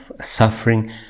suffering